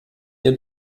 ihr